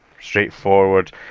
straightforward